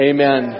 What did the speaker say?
Amen